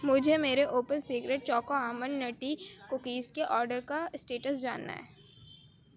مجھے میرے open secret choco almond nutty cookies کے آرڈر کا اسٹیٹس جاننا ہے